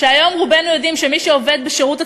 כשהיום רובנו יודעים שמי שעובד בשירות הציבורי,